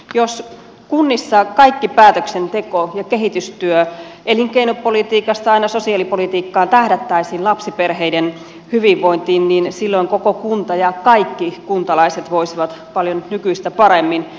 jos kunnissa kaikki päätöksenteko ja kehitystyö elinkeinopolitiikasta aina sosiaalipolitiikkaan tähdättäisiin lapsiperheiden hyvinvointiin niin silloin koko kunta ja kaikki kuntalaiset voisivat paljon nykyistä paremmin